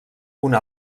una